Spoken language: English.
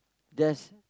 just